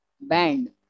band